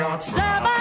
Seven